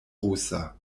rusa